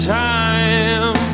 time